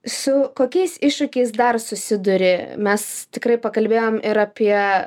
su kokiais iššūkiais dar susiduri mes tikrai pakalbėjom ir apie